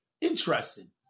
Interesting